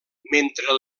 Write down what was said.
mentre